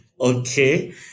Okay